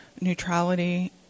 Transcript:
neutrality